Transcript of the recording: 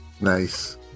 Nice